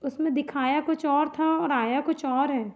उसमें दिखाया कुछ और था और आया कुछ और है